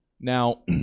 Now